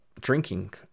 drinking